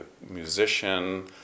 musician